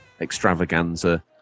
extravaganza